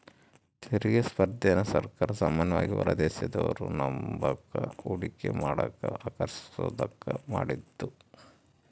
ತೆರಿಗೆ ಸ್ಪರ್ಧೆನ ಸರ್ಕಾರ ಸಾಮಾನ್ಯವಾಗಿ ಹೊರದೇಶದೋರು ನಮ್ತಾಕ ಹೂಡಿಕೆ ಮಾಡಕ ಆಕರ್ಷಿಸೋದ್ಕ ಮಾಡಿದ್ದು